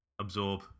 absorb